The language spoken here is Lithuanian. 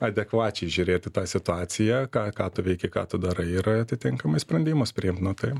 adekvačiai žiūrėt į tą situaciją ką ką tu veiki ką tu darai ir atitinkamai sprendimus priimt nu tai